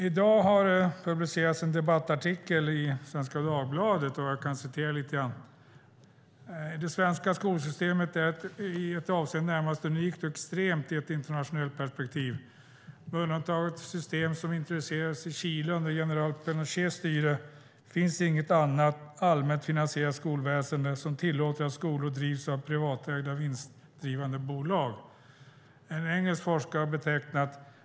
I dag har det publicerats en debattartikel i Svenska Dagbladet, och jag ska citera: "Det svenska skolsystemet är i ett avseende närmast unikt extremt i ett internationellt perspektiv. Med undantag av ett system som introducerades i Chile under general Pinochets styre finns inget annat allmänt finansierat skolväsende som tillåter att skolor drivs av privatägda vinstdrivande bolag. En engelsk forskare betecknade .